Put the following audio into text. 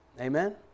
Amen